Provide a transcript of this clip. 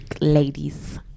ladies